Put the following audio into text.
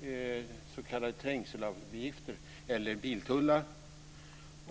s.k. trängselavgifter eller biltullar.